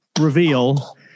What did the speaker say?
reveal